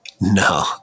No